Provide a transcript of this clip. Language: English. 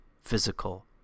physical